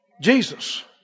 Jesus